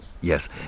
Yes